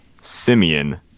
Simeon